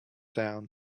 down